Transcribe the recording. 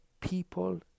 people